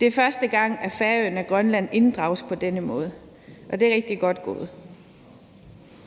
Det er første gang, at Færøerne og Grønland inddrages på denne måde, og det er rigtig godt gået.